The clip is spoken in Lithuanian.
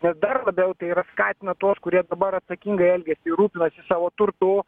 nes dar labiau tai yra skatina tuos kurie dabar atsakingai elgiasi rūpinasi savo turtu